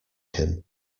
him